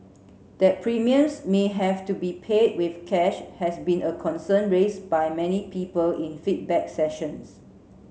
that premiums may have to be paid with cash has been a concern raised by many people in feedback sessions